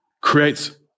creates